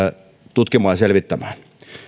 tutkimaan ja selvittämään